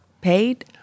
paid